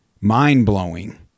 mind-blowing